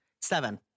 Seven